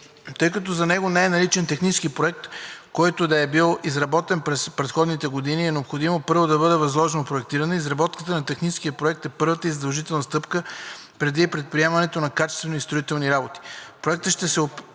Тъй като за него не е наличен технически проект, който да е бил изработен през предходните години, е необходимо, първо, да бъде възложено проектиране. Изработката на технически проект е първата и задължителна стъпка преди предприемането на качествени строителни работи.